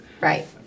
Right